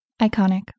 Iconic